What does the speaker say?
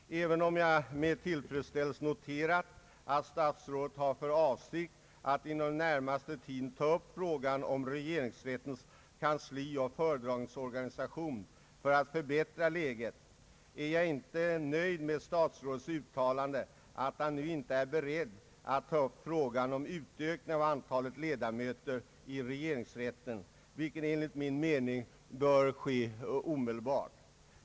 Även om jag med tillfredsställelse noterat att statsrådet har för avsikt att inom den närmaste tiden ta upp frågan om regeringsrättens kanslioch föredragningsorganisation för att förbättra läget är jag inte nöjd med statsrådet uttalande att han nu inte är beredd att ta upp frågan om utökning av antalet ledamöter i regeringsrätten, vilket enligt min mening bör ske omedelbart.